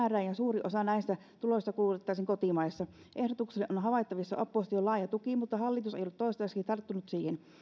määrää ja suurin osa näistä tuloista kulutettaisiin kotimaassa ehdotukselle on on havaittavissa opposition laaja tuki mutta hallitus ei ole toistaiseksi tarttunut siihen